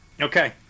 okay